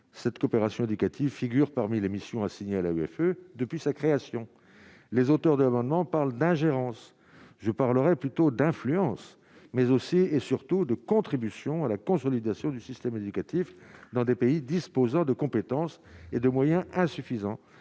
cette coopération éducative figurent parmi les missions assignées à l'avait fait depuis sa création, les auteurs de l'amendement parle d'ingérence, je parlerais plutôt d'influence mais aussi et surtout de contribution à la consolidation du système éducatif dans des pays disposant de compétences et de moyens insuffisants